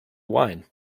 wine